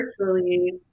virtually